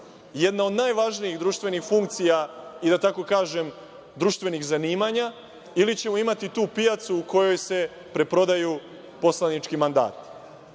jedna od najvažnijih društvenih funkcija i, da tako kažem, društvenih zanimanja ili ćemo imati tu pijacu u kojoj se preprodaju poslanički mandati. Takođe